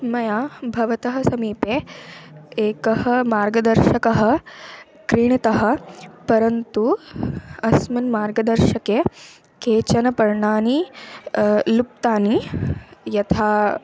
मया भवतः समीपे एकः मार्ग दर्शकः क्रीतः परन्तु अस्मिन् मार्ग दर्शके केचन पर्णानि लुप्तानि यथा